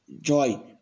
joy